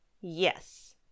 Yes